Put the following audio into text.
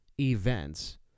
events